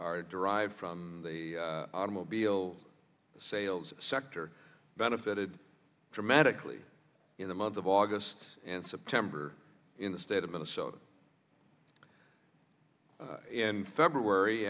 are derived from the automobile sales sector benefited dramatically in the month of august and september in the state of minnesota in february